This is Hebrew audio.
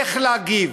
איך להגיב.